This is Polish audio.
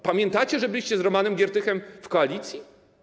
Pamiętacie, że byliście z Romanem Giertychem w koalicji?